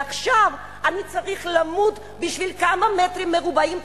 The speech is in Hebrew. ועכשיו אני צריך למות בשביל כמה מטרים רבועים,